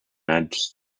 adds